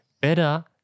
Better